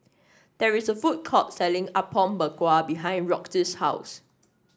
there is a food court selling Apom Berkuah behind Roxie's house